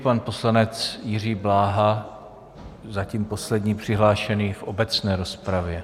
Pan poslanec Jiří Bláha, zatím poslední přihlášený v obecné rozpravě.